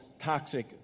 toxic